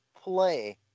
play